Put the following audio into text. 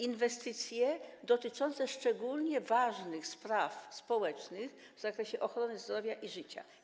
Inwestycje dotyczące szczególnie ważnych spraw społecznych w zakresie ochrony zdrowia i życia.